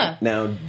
Now